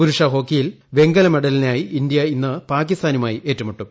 പുരുഷ ഹോക്കിയിൽ വെങ്കല മെഡലിനായി ഇന്ത്യ ഇന്ന് പാകിസ്ഥാനുമായി ഏറ്റുമുട്ടും